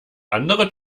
andere